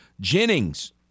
Jennings